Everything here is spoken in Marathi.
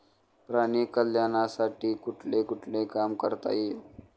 प्राणी कल्याणासाठी कुठले कुठले काम करता येईल?